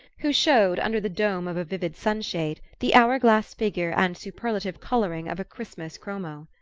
who showed, under the dome of a vivid sunshade, the hour-glass figure and superlative coloring of a christmas chromo.